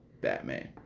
Batman